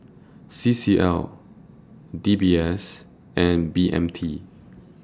C C L D B S and B M T